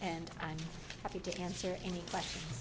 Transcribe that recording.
and i'm happy to answer any question